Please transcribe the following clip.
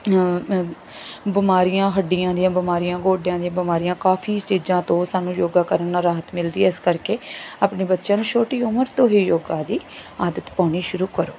ਬਿਮਾਰੀਆਂ ਹੱਡੀਆਂ ਦੀਆਂ ਬਿਮਾਰੀਆਂ ਗੋਡਿਆਂ ਦੀਆਂ ਬਿਮਾਰੀਆਂ ਕਾਫੀ ਸਟੇਜਾਂ ਤੋਂ ਸਾਨੂੰ ਯੋਗਾ ਕਰਨ ਨਾਲ ਰਾਹਤ ਮਿਲਦੀ ਹੈ ਇਸ ਕਰਕੇ ਆਪਣੇ ਬੱਚਿਆਂ ਨੂੰ ਛੋਟੀ ਉਮਰ ਤੋਂ ਹੀ ਯੋਗਾ ਦੀ ਆਦਤ ਪਾਉਣੀ ਸ਼ੁਰੂ ਕਰੋ